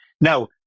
Now